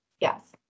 yes